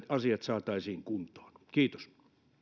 asiat saataisiin kuntoon kiitos